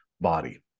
body